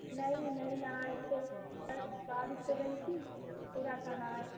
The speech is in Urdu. نہیں نہیں نہائے تھے بس بارش ہو رہی تھی تو تھوڑا سا نہائے